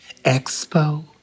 expo